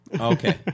Okay